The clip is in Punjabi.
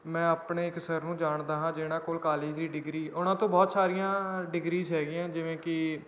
ਮੈਂ ਆਪਣੇ ਇੱਕ ਸਰ ਨੂੰ ਜਾਣਦਾ ਹਾਂ ਜਿਹਨਾਂ ਕੋਲ ਕਾਲਜ ਦੀ ਡਿਗਰੀ ਉਹਨਾਂ ਤੋਂ ਬਹੁਤ ਸਾਰੀਆਂ ਡਿਗਰੀਜ਼ ਹੈਗੀਆਂ ਜਿਵੇਂ ਕਿ